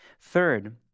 third